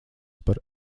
par